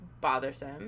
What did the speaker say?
bothersome